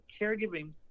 caregiving